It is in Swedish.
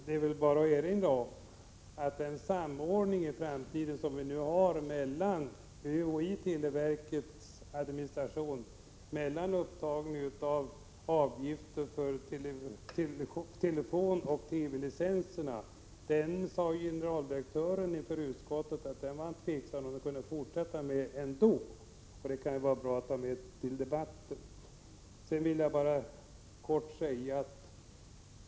Det är väl bara att erinra om att den samordning som vi nu har med televerkets administration när det gäller upptagningen av avgifter för telefon och TV-licenser var generaldirektören inför utskottet tveksam till om vi kunde fortsätta med i framtiden. Det kunde vara bra att ta med detta till debatten.